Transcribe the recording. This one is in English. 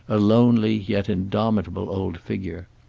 a lonely yet indomitable old figure.